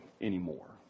anymore